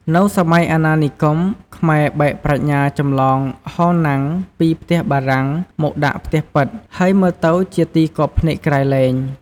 នៅសម័យអាណានិគម ខ្មែរបែកប្រាជ្ញាចម្លងហោណាំងពីផ្ទះបារាំងមកដាក់ផ្ទះប៉ិត ហើយមើលទៅជាទីគាប់ភ្នែកក្រៃលែង ។